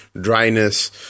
dryness